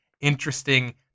interesting